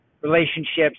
relationships